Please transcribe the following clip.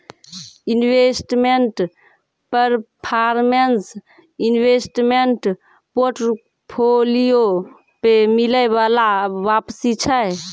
investment performance investment portfolio पे मिलै बाला वापसी छै